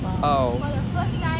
oh